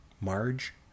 Marge